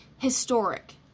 Historic